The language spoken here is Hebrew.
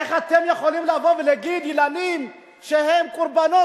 איך אתם יכולים להגיד שילדים שהם קורבנות